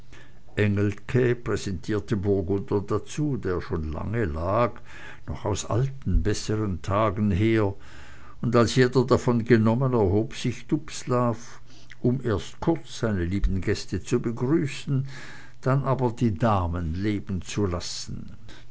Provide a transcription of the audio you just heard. engelke präsentierte burgunder dazu der schon lange lag noch aus alten besseren tagen her und als jeder davon genommen erhob sich dubslav um erst kurz seine lieben gäste zu begrüßen dann aber die damen leben zu lassen